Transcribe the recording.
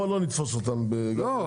בואו לא נתפוס אותם ב --- לא,